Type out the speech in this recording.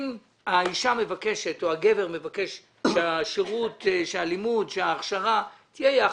אם האישה מבקשת או הגבר מבקש שהלימוד או ההכשרה תהיה יחד,